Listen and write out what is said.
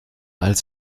als